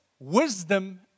wisdom